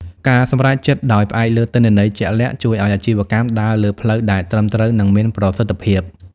ការសម្រេចចិត្តដោយផ្អែកលើទិន្នន័យជាក់លាក់ជួយឱ្យអាជីវកម្មដើរលើផ្លូវដែលត្រឹមត្រូវ និងមានប្រសិទ្ធភាព។